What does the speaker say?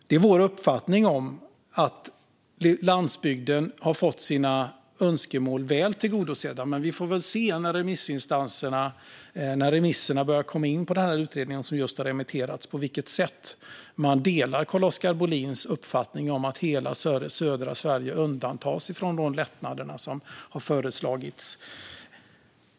Det är vår uppfattning att landsbygden har fått sina önskemål väl tillgodosedda. Men vi får väl se när remissvaren börjar komma in på utredningen, som just har remitterats, på vilket sätt man delar Carl-Oskar Bohlins uppfattning att hela södra Sverige undantas från de lättnader som har föreslagits.